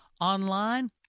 online